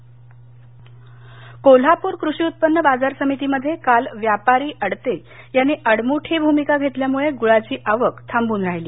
गुळ कोल्हापर कोल्हापूर कृषी उत्पन्न बाजार समितीमध्ये काल व्यापारी अडते यांनी आडमुठी भूमिका घेतल्यामुळे गुळाची आवक थांबून राहिली